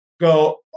go